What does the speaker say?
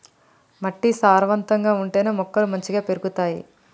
మట్టి సారవంతంగా ఉంటేనే మొక్కలు మంచిగ పెరుగుతాయి